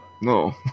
no